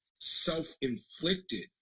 self-inflicted